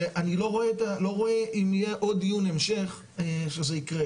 ואני לא רואה אם יהיה עוד דיון המשך שזה יקרה.